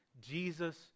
Jesus